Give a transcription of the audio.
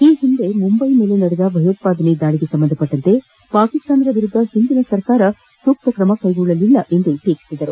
ಈ ಹಿಂದೆ ಮುಂಬೈ ಮೇಲೆ ನಡೆದ ಭಯೋತ್ಪಾದನ ದಾಳಿಗೆ ಸಂಬಂಧಿಸಿದಂತೆ ಪಾಕಿಸ್ತಾನದ ವಿರುದ್ಧ ಹಿಂದಿನ ಸರ್ಕಾರ ಸೂಕ್ತ ಕ್ರಮ ಕೈಗೊಳ್ಳಲಿಲ್ಲ ಎಂದು ಟೀಕಿಸಿದರು